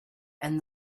and